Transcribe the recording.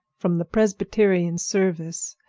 from the presbyterian service,